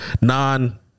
Non